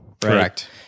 correct